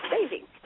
saving